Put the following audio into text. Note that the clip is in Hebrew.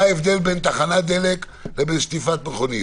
מה ההבדל בין תחנת דלק לשטיפת מכוניות.